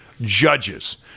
Judges